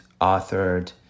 authored